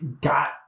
got